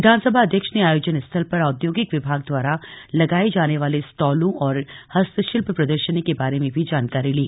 विधानसभा अध्यक्ष ने आयोजन स्थल पर औद्योगिक विभाग द्वारा लगाए जाने वाले स्टॉलों और हस्तशिल्प प्रदर्शनी के बारे में भी जानकारी ली